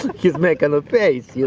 he's making a face. yeah